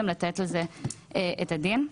גם לתת על זה את הדין.